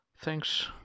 Thanks